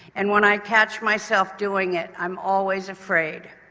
and when i catch myself doing it i'm always afraid.